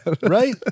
Right